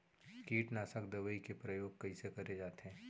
कीटनाशक दवई के प्रयोग कइसे करे जाथे?